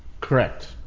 Correct